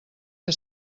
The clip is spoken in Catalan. que